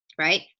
right